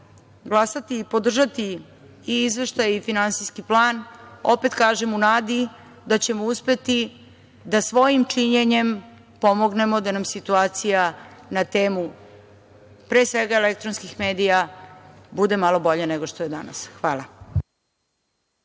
glasati i podržati i Izveštaj i Finansijski plan, opet kažem, u nadi da ćemo uspeti da svojim činjenjem pomognemo da nam situacija na temu, pre svega elektronskih medija, bude malo bolja nego što je danas. Hvala.